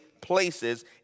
places